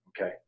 okay